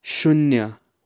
शून्य